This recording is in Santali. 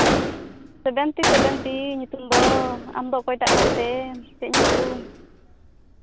ᱥᱮᱵᱷᱮᱱᱛᱤ ᱥᱮᱵᱷᱮᱱᱛᱤ ᱧᱩᱛᱩᱢ ᱫᱚ ᱟᱢᱫᱚ ᱚᱠᱚᱭᱴᱟᱜ ᱠᱟᱱ ᱛᱮᱢ ᱪᱮᱫ ᱧᱩᱛᱩᱢ